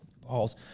Balls